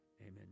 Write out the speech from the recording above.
amen